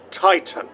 Titan